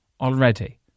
Already